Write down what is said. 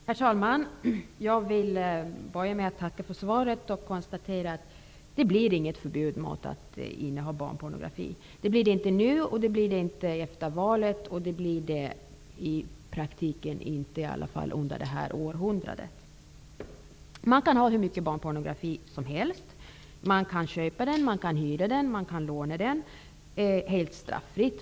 Herr talman! Jag vill börja med att tacka för svaret och konstaterar att det inte blir något förbud mot att inneha barnpornografi, varken nu eller efter valet och i praktiken inte heller under i varje fall det här århundradet. Man kan ha hur mycket barnpornografi som helst. Man kan köpa, hyra eller låna den helt straffritt.